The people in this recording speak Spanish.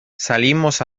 salimos